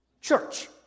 Church